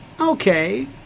okay